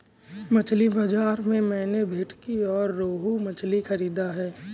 मछली बाजार से मैंने भेंटकी और रोहू मछली खरीदा है